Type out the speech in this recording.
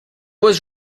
was